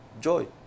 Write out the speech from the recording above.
Joy